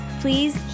Please